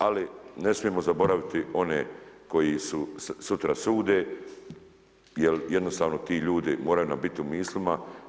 Ali ne smijemo zaboraviti one koji su, sutra sude jer jednostavno ti ljudi moraju nam biti u mislima.